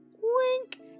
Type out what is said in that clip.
Wink